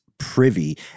Privy